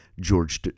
George